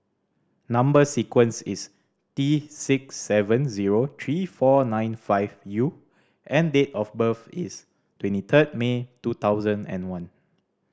number sequence is T six seven zero three four nine five U and date of birth is twenty third May two thousand and one